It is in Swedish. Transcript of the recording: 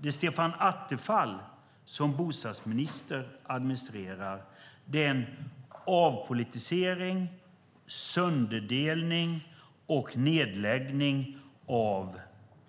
Det Stefan Attefall som bostadsminister administrerar är en avpolitisering, sönderdelning och nedläggning av